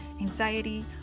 anxiety